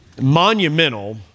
monumental